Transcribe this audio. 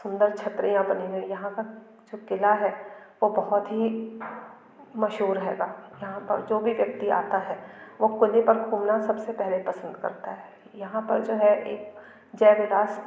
सुंदर छतरियां बनी हुई हैं यहाँ पर जो क़िला है वो बहुत ही मशहूर हैगा यहाँ पर जो भी व्यक्ति आता है वो कोटे पर घूमना सब से पहले पसंद करता है यहाँ पर जो है एक जय विलास